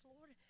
Lord